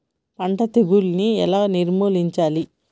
పంట తెగులుని ఎలా నిర్మూలించాలి?